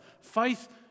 Faith